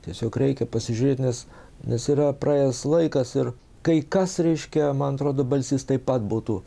tiesiog reikia pasižiūrėt nes nes yra praėjęs laikas ir kai kas reiškia man atrodo balsys taip pat būtų